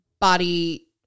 body